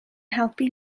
helpu